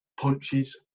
punches